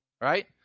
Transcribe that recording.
right